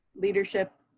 leadership,